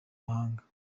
mahanga